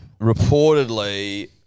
reportedly